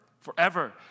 forever